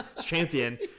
champion